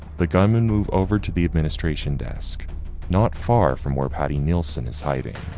the gunmen move over to the administration desk not far from where patti nielsen is hiding.